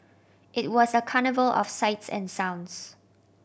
it was a carnival of sights and sounds